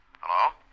Hello